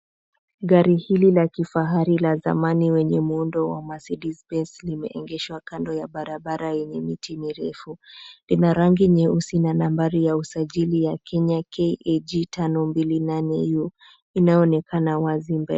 Gari hili la kifahari la zamani lenye muundo wa Mercedes Benze limeefeshwa kando ya barabara yenye miti mirefu. Inarangi nyeusi na nambari ya usajili ya Kenya KAG 528 U inayoonekana mbele.